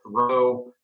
throw